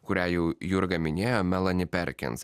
kurią jau jurga minėjo melani perkins